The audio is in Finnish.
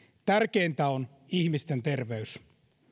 tärkeintä on ihmisten terveys